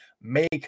make